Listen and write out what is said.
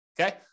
Okay